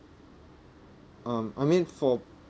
um I mean for